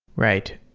right.